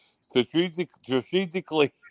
Strategically